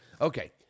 Okay